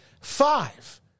Five